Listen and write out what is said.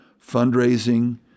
fundraising